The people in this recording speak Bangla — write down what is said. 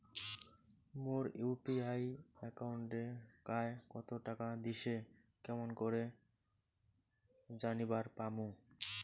মোর ইউ.পি.আই একাউন্টে কায় কতো টাকা দিসে কেমন করে জানিবার পামু?